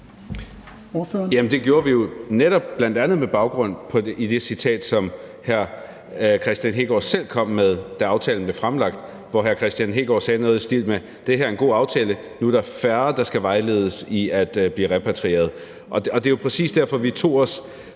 det gjorde vi jo netop bl.a. med baggrund i det citat, som hr. Kristian Hegaard selv kom med, da aftalen blev fremlagt, hvor hr. Kristian Hegaard sagde noget i stil med: Det her er en god aftale; nu er der færre, der skal vejledes i at blive repatrieret. Det er jo præcis derfor, vi tog os